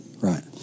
Right